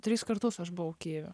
trys kartus aš buvau kijeve